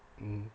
mm